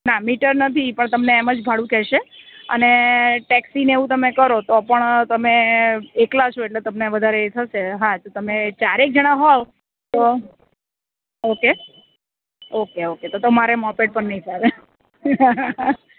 ના મિટર નથી તમને એમજ ભાડુ કહેશે અને ટેક્સી ને એવું કરો તો પણ તમે એકલા છો એટલે તમને વધારે એ થશે હા તો તમે ચાર એક જણા હોવ તો ઓકે ઓકે ઓકે તો તમારે મોપેડ પર નહીં ચાલે